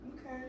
Okay